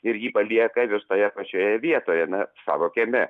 ir jį palieka vis toje pačioje vietoje na savo kieme